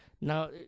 Now